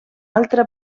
altra